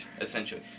essentially